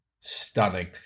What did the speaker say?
stunning